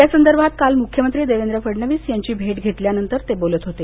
या संदर्भात काल मुख्यमंत्री देवेंद्र फडणवीस यांची भेट घेतल्यानंतर ते बोलत होते